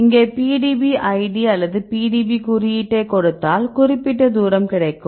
இங்கே PDB id அல்லது PDB குறியீட்டைக் கொடுத்தால் குறிப்பிட்ட தூரம் கிடைக்கும்